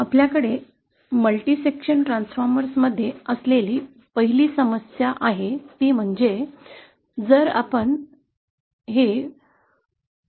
आपल्याकडे बहु विभाग ट्रान्सफॉर्मर्स मध्ये असलेली पहिली समस्या आहे ते म्हणजे जर आपण हे बहु विभाग काढू शकलो तर